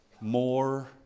more